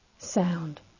sound